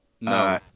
No